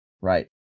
right